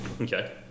Okay